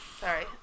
sorry